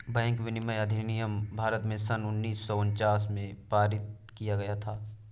bank विनियमन अधिनियम भारत में सन उन्नीस सौ उनचास में पारित किया गया था